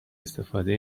استفاده